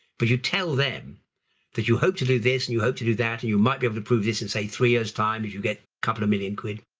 but you tell them that you hope to do this and you hope to do that, and you might be able to prove this and say three years' time if you get a couple of million quid.